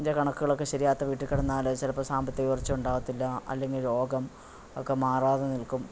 ഇൻ്റെ കണക്കുകളൊക്കെ ശരിയാകാത്ത വീട്ടിൽ കിടന്നാൽ ചിലപ്പോൾ സാമ്പത്തിക ഉയർച്ച ഉണ്ടാവത്തില്ല അല്ലെങ്കിൽ രോഗം ഒക്കെ മാറാതെ നിൽക്കും